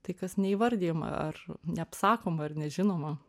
tai kas neįvardijama ar neapsakoma ar nežinoma